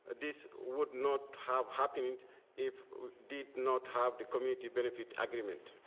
ah this would not have happened if did not have the community benefit agreement.